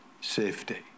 safety